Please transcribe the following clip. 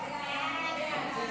ההצעה להעביר את הצעת